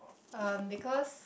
um because